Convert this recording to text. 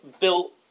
built